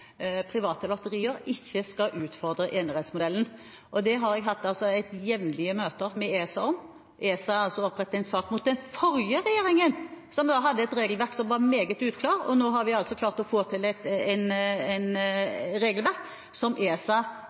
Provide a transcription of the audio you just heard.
private lotterier, ikke skal utfordre enerettsmodellen. Det har jeg hatt jevnlige møter med ESA om. ESA har altså opprettet en sak mot den forrige regjeringen, som hadde et regelverk som var meget uklart. Nå har vi altså klart å få til et regelverk som ESA